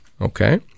okay